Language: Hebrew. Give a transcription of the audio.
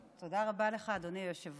תודה רבה לך, אדוני היושב-ראש.